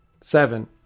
Seven